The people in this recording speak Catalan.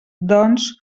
doncs